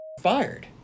fired